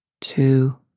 two